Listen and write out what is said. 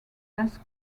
las